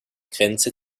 grenze